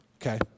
okay